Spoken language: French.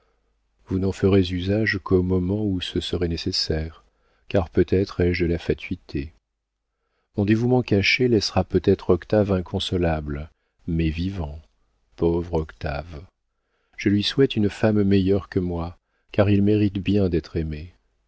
vous n'en ferez usage qu'au moment où ce serait nécessaire car peut-être ai-je de la fatuité mon dévouement caché laissera peut-être octave inconsolable mais vivant pauvre octave je lui souhaite une femme meilleure que moi car il mérite bien d'être aimé